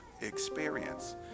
experience